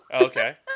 Okay